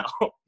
now